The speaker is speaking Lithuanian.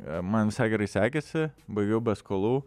man visai gerai sekėsi baigiau be skolų